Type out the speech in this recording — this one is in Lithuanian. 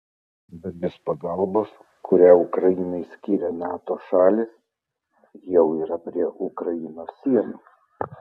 dalis pagalbos kurią ukrainai skyrė nato šalys jau yra prie ukrainos sienų